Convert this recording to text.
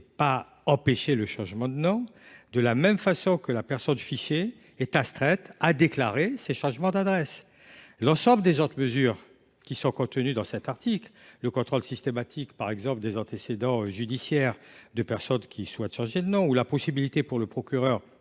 pas d’empêcher un changement de nom –, de la même façon que la personne fichée est astreinte à déclarer ses changements d’adresse. L’ensemble des autres mesures contenues à l’article 1, comme le contrôle systématique des antécédents judiciaires des personnes souhaitant changer de nom ou la possibilité pour le procureur